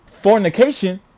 Fornication